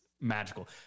magical